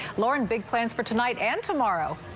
lauren big plans for tonight and tomorrow.